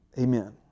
Amen